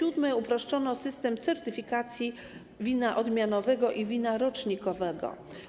Uproszczono system certyfikacji wina odmianowego i wina rocznikowego.